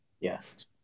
Yes